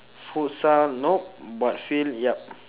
futsal no but field ya